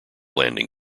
landing